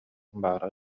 баара